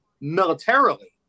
militarily